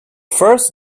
first